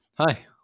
Hi